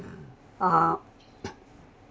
uh